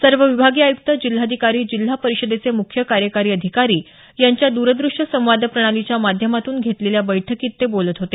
सर्व विभागीय आय्क्त जिल्हाधिकारी जिल्हा परिषदेचे मुख्य कार्यकारी अधिकारी यांच्या द्रद्रश्य संवाद प्रणालीच्या माध्यमातून घेतलेल्या बैठकीत ते बोलत होते